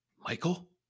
Michael